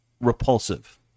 repulsive